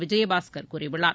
விஜயபாஸ்கர் கூறியுள்ளார்